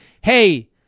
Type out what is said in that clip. hey